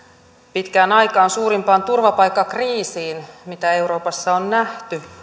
pitkään aikaan suurimpaan turvapaikkakriisiin mitä euroopassa on nähty